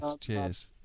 Cheers